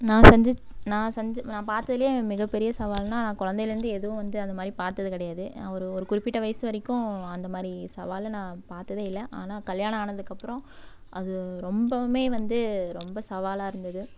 நான் செஞ்ச நான் செஞ்ச நான் பார்த்ததுலியே மிகப்பெரிய சவால்னால் நான் குழந்தைலந்தே எதுவும் வந்து அந்த மாதிரி பார்த்தது கிடையாது நான் ஒரு ஒரு குறிப்பிட்ட வயசு வரைக்கும் அந்த மாதிரி சவாலை நான் பார்த்ததே இல்லை ஆனால் கல்யாணம் ஆனதுக்கப்புறம் அது ரொம்பவுமே வந்து ரொம்ப சவாலாக இருந்தது